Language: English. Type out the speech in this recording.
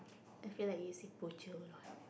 I feel like you see poucher